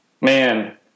Man